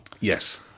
Yes